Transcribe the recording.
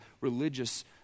religious